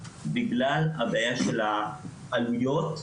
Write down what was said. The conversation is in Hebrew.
בגלל הבעיה של העלויות,